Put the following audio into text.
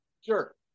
sure